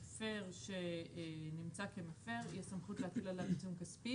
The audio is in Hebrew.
מפר שנמצא כמפר יש סמכות להטיל עליו עיצום כספי